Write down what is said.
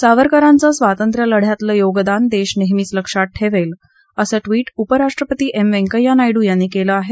सावरकरांचं स्वातंत्र्यलढ्यातलं योगदान देश नेहमीच लक्षात ठेवेल असं ट्विट उपराष्ट्रपती एम व्यंकय्या नायडू यांनी केलं आहे